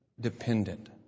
dependent